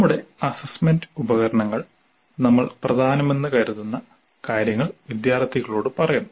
നമ്മുടെ അസ്സസ്സ്മെന്റ് ഉപകരണങ്ങൾ നമ്മൾ പ്രധാനമെന്ന് കരുതുന്ന കാര്യങ്ങൾ വിദ്യാർത്ഥികളോട് പറയുന്നു